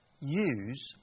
use